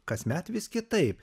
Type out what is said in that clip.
kasmet vis kitaip